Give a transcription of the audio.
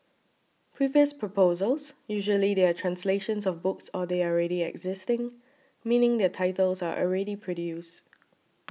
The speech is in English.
previous proposals usually they are translations of books or they are already existing meaning their titles are already produced